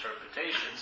interpretations